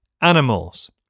animals